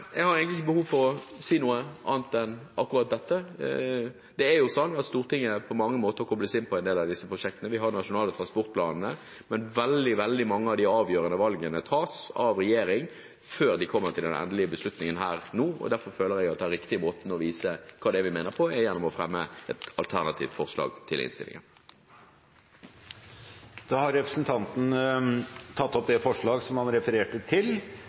Jeg har egentlig ikke behov for å si noe annet enn akkurat dette. Det er sånn at Stortinget på mange måter kobles inn på en del av disse prosjektene. Vi har de nasjonale transportplanene, men veldig, veldig mange av de avgjørende valgene tas av regjeringen før de kommer til den endelige beslutningen her nå, og derfor føler jeg at den riktige måten å vise hva vi mener, er gjennom å fremme et alternativt forslag til innstillingen. Representanten Heikki Eidsvoll Holmås har tatt opp det forslaget han refererte til.